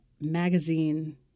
magazine